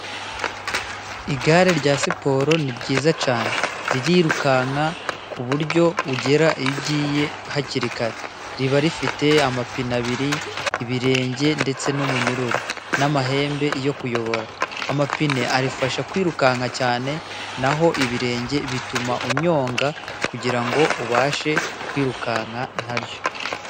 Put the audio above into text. Igare rya siporo ni ryiza cyane. Ririrukanka ku buryo ugera iyo ugiye hakiri kare. Riba rifite amapine abiri, ibirenge, ndetse n'umunyururu n'amahembe, yo kuyobora amapine arifasha kwirukanka cyane. Naho ibirenge bituma unyonga kugirango ubashe kwirukanka naryo.